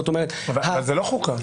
זאת לא חוקה.